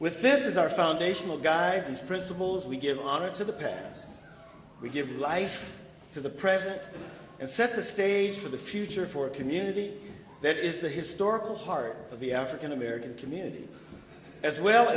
with this is our foundational guy these principles we give honor to the past we give life to the present and set the stage for the future for a community that is the historical heart of the african american community as